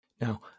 Now